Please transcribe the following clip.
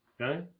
Okay